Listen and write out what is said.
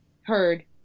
heard